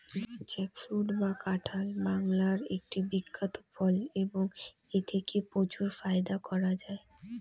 jackfruit বা কাঁঠাল বাংলার একটি বিখ্যাত ফল এবং এথেকে প্রচুর ফায়দা করা য়ায়